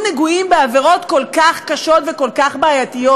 נגועים בעבירות כל כך קשות וכל כך בעייתיות?